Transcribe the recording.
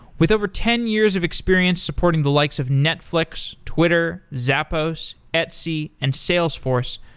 with over ten years of experience supporting the likes of netflix, twitter, zappos, etsy, and salesforce,